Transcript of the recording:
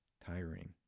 tiring